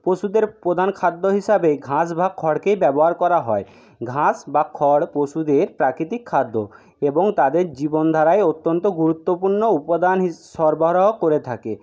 পশুদের প্রধান খাদ্য হিসাবেই ঘাঁস বা খড়কেই ব্যবহার করা হয় ঘাঁস বা খড় পশুদের প্রাকৃতিক খাদ্য এবং তাদের জীবন ধারায় অত্যন্ত গুরুত্বপূর্ণ উপাদান হিস সরবরাহ করে থাকে